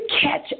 catch